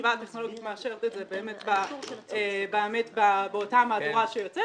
והחטיבה הטכנולוגית מאשרת את זה באותה מהדורה שיוצאת